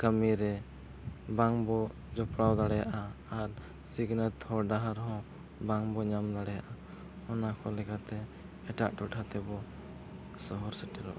ᱠᱟᱹᱢᱤᱨᱮ ᱵᱟᱝ ᱵᱚᱱ ᱡᱚᱯᱲᱟᱣ ᱫᱟᱲᱮᱭᱟᱜᱼᱟ ᱟᱨ ᱥᱤᱠᱷᱱᱟᱹᱛ ᱦᱚᱨᱼᱰᱟᱦᱟᱨ ᱦᱚᱸ ᱵᱟᱝᱵᱚᱱ ᱧᱟᱢ ᱫᱟᱲᱮᱭᱟᱜᱼᱟ ᱚᱱᱟᱠᱚ ᱞᱮᱠᱟᱛᱮ ᱮᱴᱟᱜ ᱴᱚᱴᱷᱟ ᱛᱮᱵᱚᱱ ᱥᱚᱦᱚᱨ ᱥᱮᱴᱮᱨᱚᱜᱼᱟ